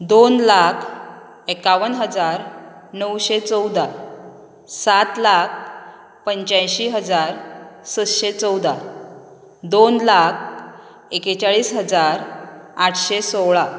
दोन लाख एकावन्न हजार णवशें चवदा सात लाख पंच्याअंशी हजार सश्शें चवदा दोन लाख एके चाळीस हजार आठशें सोळा